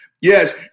Yes